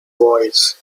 voice